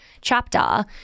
chapter